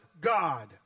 God